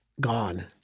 gone